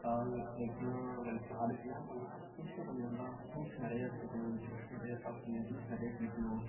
கால் லெக்லாம் வலிக்கும் அதுக்கு என்னா பண்ணுன்னா ஃபுட்டை கொஞ்சம் நல்லா ஃபுரூட்ஸ் நிறையா எடுத்துக்கணும் ஜூஸ் நிறையா சாப்பிடுணும் ஜூஸ் நிறையா குடிக்கணும்